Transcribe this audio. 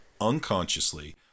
unconsciously